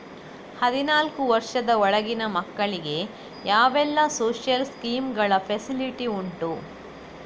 ಹದಿನಾಲ್ಕು ವರ್ಷದ ಒಳಗಿನ ಮಕ್ಕಳಿಗೆ ಯಾವೆಲ್ಲ ಸೋಶಿಯಲ್ ಸ್ಕೀಂಗಳ ಫೆಸಿಲಿಟಿ ಉಂಟು?